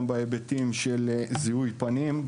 גם בהיבטים של זיהוי פנים,